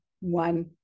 one